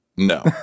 No